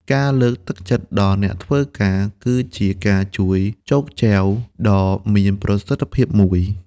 ការលើកទឹកចិត្តដល់អ្នកធ្វើការ គឺជាការជួយ «ចូកចែវ» ដ៏មានប្រសិទ្ធភាពមួយ។